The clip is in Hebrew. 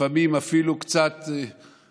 לפעמים אנחנו אפילו קצת מסמיקים